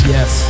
Yes